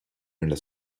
nella